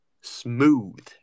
smooth